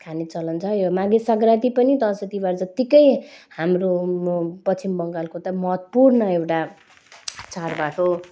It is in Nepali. खाने चलन छ यो माघे सग्राँती पनि दसैँ तिहार जतिकै हाम्रो पश्चिम बङ्गालको त महत्त्वपूर्ण एउटा चाडबाड हो